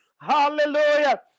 Hallelujah